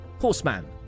Horseman